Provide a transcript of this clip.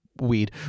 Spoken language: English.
weed